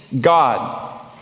God